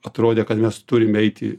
atrodė kad mes turime eiti